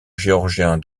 géorgien